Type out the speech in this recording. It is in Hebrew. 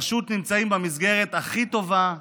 שפשוט נמצאים במסגרת הכי טובה,